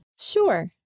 Sure